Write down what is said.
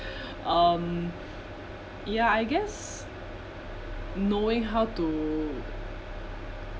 um ya I guess knowing how to